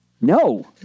No